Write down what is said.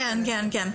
כן, כן.